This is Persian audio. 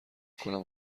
کنم